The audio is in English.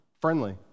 friendly